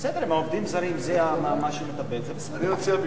בסדר, אם עובדים זרים מטפלת, זה בסדר.